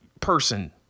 person